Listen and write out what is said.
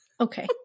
Okay